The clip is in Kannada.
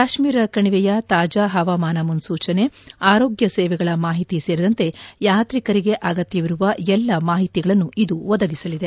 ಕಾಶ್ಟೀರ ಕಣಿವೆಯ ತಾಜಾ ಹವಾಮಾನ ಮುನ್ನೂಚನೆ ಆರೋಗ್ಯ ಸೇವೆಗಳ ಮಾಹಿತಿ ಸೇರಿದಂತೆ ಯಾತ್ರಿಕರಿಗೆ ಅಗತ್ಯವಿರುವ ಎಲ್ಲ ಮಾಹಿತಿಗಳನ್ನು ಇದು ಒದಗಿಸಲಿದೆ